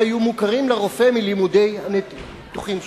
יהיו מוכרים לרופא מלימודי הניתוחים שלו.